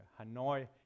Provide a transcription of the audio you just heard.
Hanoi